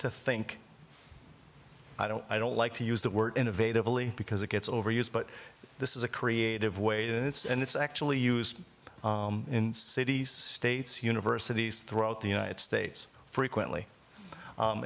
to think i don't i don't like to use the word innovative only because it gets overused but this is a creative way it is and it's actually used in cities states universities throughout the united states frequently